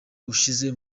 ushize